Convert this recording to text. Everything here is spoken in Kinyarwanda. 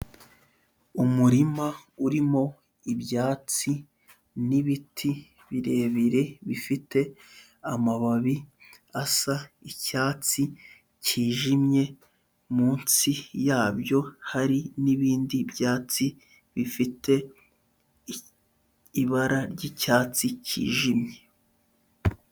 Umurima urimo ibyatsi n'ibiti birebire bifite amababi asa icyatsi cyijimye, munsi yabyo hari n'ibindi byatsi bifite ibara ry'icyatsi cyijimye.